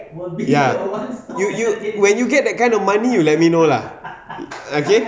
ya you you when you get that kind of money you let me know lah okay